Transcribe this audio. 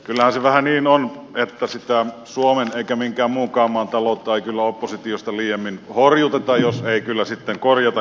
kyllähän se on vähän niin että suomen tai minkään muunkaan maan taloutta ei kyllä oppositiosta liiemmin horjuteta jos ei kyllä sitten korjatakaan